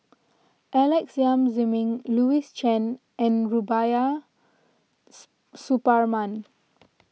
Alex Yam Ziming Louis Chen and Rubiah Suparman